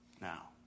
Now